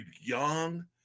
young